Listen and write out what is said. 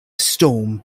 storm